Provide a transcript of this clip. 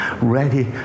Ready